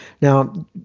Now